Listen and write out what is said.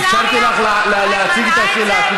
אפשרתי לך להציג את השאלה.